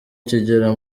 kigera